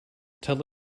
tell